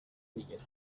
urugero